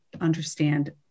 understand